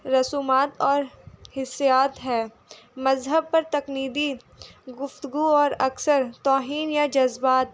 رسومات اور حسیات ہے مذہب پر تنقیدی گفتگو اور اکثر توہین یا جذبات